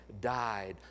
died